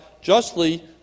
justly